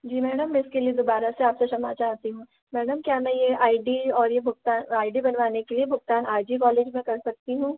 जी madam इसके लिए दुबारा से आपसे क्षमा चाहती हूँ मैडम क्या मैं ये आई डी और ये भुगतान आई डी बनवाने के लिए भुगतान आज ही कॉलेज में कर सकती हूँ